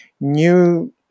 new